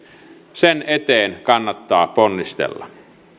sen eteen kannattaa ponnistella